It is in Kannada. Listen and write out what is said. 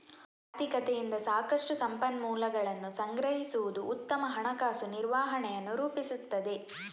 ಆರ್ಥಿಕತೆಯಿಂದ ಸಾಕಷ್ಟು ಸಂಪನ್ಮೂಲಗಳನ್ನು ಸಂಗ್ರಹಿಸುವುದು ಉತ್ತಮ ಹಣಕಾಸು ನಿರ್ವಹಣೆಯನ್ನು ರೂಪಿಸುತ್ತದೆ